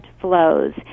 flows